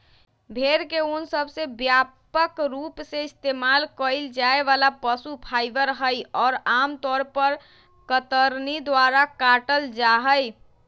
भेड़ के ऊन सबसे व्यापक रूप से इस्तेमाल कइल जाये वाला पशु फाइबर हई, और आमतौर पर कतरनी द्वारा काटल जाहई